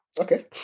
Okay